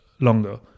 longer